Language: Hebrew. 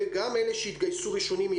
גם אלה שיתגייסו ראשונים,